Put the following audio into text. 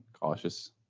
cautious